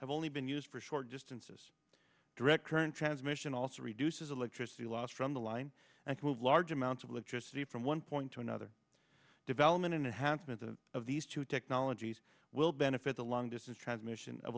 have only been used for short distances direct current transmission also reduces electricity loss from the line and move large amounts of electricity from one point to another development in a hansom and the of these two technologies will benefit the long distance transmission of